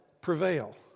Prevail